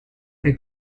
que